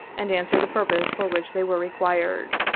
and answer the purpose for which they were required.